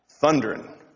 thundering